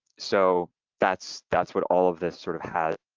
so that's that's what all of this sort of has.